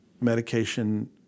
medication